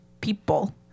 people